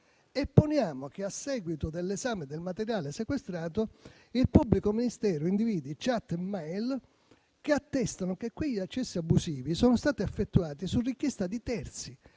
Poniamo che a seguito dell'esame del materiale sequestrato, il pubblico ministero individui *chat* e *mail* che attestano che quegli accessi abusivi sono stati effettuati su richiesta di terzi